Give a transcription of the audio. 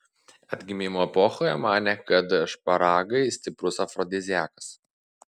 atgimimo epochoje manė kad šparagai stiprus afrodiziakas